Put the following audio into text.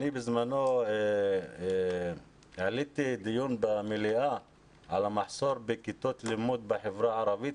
אני בזמנו העליתי דיון במליאה על המחסור בכיתות לימוד בחברה הערבית,